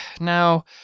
now